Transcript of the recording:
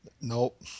Nope